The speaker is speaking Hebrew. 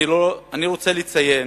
אני רוצה לציין